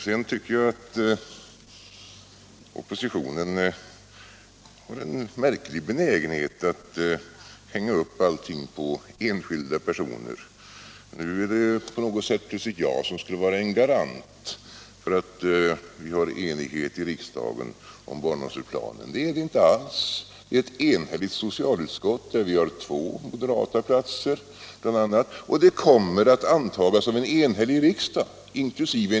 Sedan tycker jag att oppositionen har en märklig benägenhet att hänga upp allting på enskilda personer. Nu är det på något sätt plötsligt jag som skulle vara en garant för att vi har enighet i riksdagen om barnomsorgsplanen. Så är det inte alls! Vi har ett förslag från ett enigt socialutskott — där har vi två moderata platser bl.a. — och det förslaget kommer att antas av en enig riksdag inkl.